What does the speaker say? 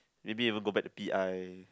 maybe even go back to p_i